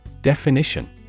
Definition